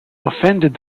offended